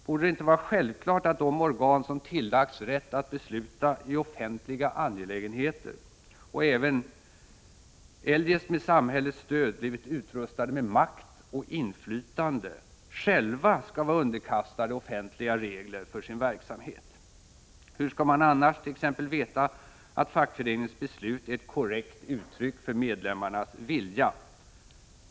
Borde det inte vara självklart att de organ, som tillagts rätt att besluta i offentliga angelägenheter och även eljest med samhällets stöd blivit utrustade med makt och inflytande, själva skall vara underkastade offentliga regler för sin verksamhet. Hur skall man annars t.ex. veta att fackföreningens beslut är ett korrekt uttryck för medlemmarnas vilja?